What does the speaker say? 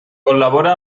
col·labora